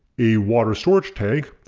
a water storage tank,